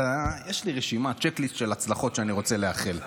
יש לי רשימה, צ'ק ליסט של הצלחות שאני רוצה לאחל.